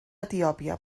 etiòpia